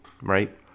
right